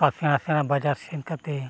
ᱥᱮᱬᱟ ᱥᱮᱬᱟ ᱵᱟᱡᱟᱨ ᱥᱮᱱ ᱠᱟᱛᱮᱫ